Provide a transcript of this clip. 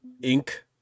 ink